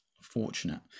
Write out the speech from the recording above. fortunate